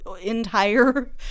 entire